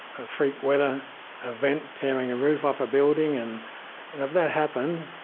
a freak weather event tearing a roof off a building, and and if that happened,